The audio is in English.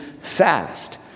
fast